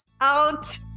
out